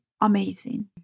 amazing